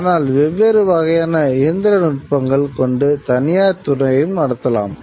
ஆனால் வெவ்வேறு வகையான இயந்திரநுட்பங்கள் கொண்டு தனியார்துறையும் நடத்தலாம்